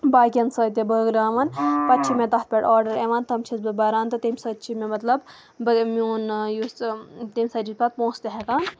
باقٕیَن سۭتۍ تہٕ بٲگراوان پَتہٕ چھِ مےٚ تَتھ پٮ۪ٹھ آرڈَر یِوان تِم چھَس بہٕ بَران تہٕ تٔمۍ سۭتۍ چھِ مےٚ مطلب بہٕ میون یُس تٔمۍ سۭتۍ چھِ پَتہٕ پونٛسہٕ تہِ ہٮ۪کان